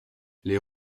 les